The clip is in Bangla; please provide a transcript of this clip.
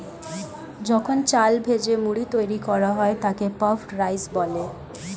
যখন চাল ভেজে মুড়ি তৈরি করা হয় তাকে পাফড রাইস বলে